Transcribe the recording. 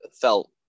felt